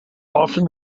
often